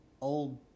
old